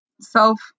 self